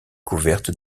couverte